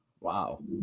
Wow